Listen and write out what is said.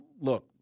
look